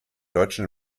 deutschen